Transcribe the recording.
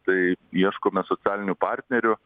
tai ieškome socialinių partnerių